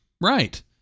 Right